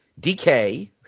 DK